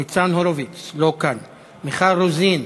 ניצן הורוביץ, לא כאן, מיכל רוזין,